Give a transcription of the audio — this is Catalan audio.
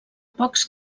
pocs